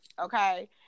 okay